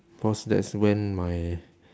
cause that's when my